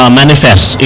manifest